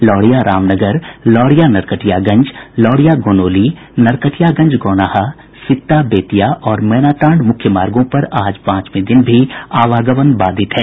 लौरिया रामनगर लौरिया नरकटियागंज लौरिया गोनौली नरकटियांगज गौनाहा सिकटा बेतिया और मैनाटांड मुख्य मार्गों पर आज पांचवे दिन भी आवागमन बाधित है